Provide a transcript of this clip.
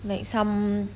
like some